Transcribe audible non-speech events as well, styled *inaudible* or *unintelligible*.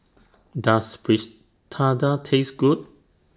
Does *unintelligible* Taste Good